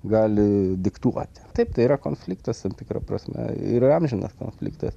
gali diktuoti taip tai yra konfliktas tam tikra prasme yra amžinas konfliktas